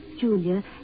Julia